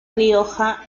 rioja